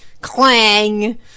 Clang